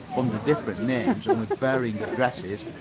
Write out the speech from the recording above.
under different names and with varying addresses,